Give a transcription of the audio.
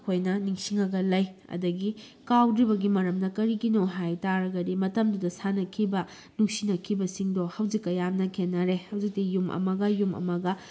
ꯑꯩꯈꯣꯏꯅ ꯅꯤꯡꯁꯤꯡꯂꯒ ꯂꯩ ꯑꯗꯒꯤ ꯀꯥꯎꯗ꯭ꯔꯤꯕꯒꯤ ꯃꯔꯝꯅ ꯀꯔꯤꯒꯤꯅꯣ ꯍꯥꯏꯇꯥꯔꯒꯗꯤ ꯃꯇꯝꯗꯨꯗ ꯁꯥꯟꯅꯈꯤꯕ ꯅꯨꯡꯁꯤꯅꯈꯤꯕꯁꯤꯡꯗꯣ ꯍꯧꯖꯤꯛꯀ ꯌꯥꯝꯅ ꯈꯦꯠꯅꯔꯦ ꯍꯧꯖꯤꯛꯇꯤ ꯌꯨꯝ ꯑꯃꯒ ꯌꯨꯝ ꯑꯃꯒ